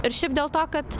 ir šiaip dėl to kad